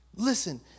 Listen